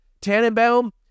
Tannenbaum